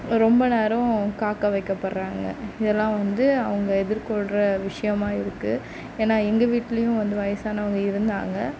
ரொம்ப நேரம் காக்க வைக்கப்படுறாங்க இதெல்லாம் வந்து அவங்க எதிர் கொள்ற விஷயமாக இருக்கு ஏன்னா எங்கள் வீட்லையும் வந்து வயசானவங்க இருந்தாங்க